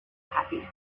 happiness